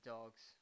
Dogs